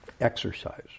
exercise